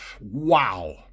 wow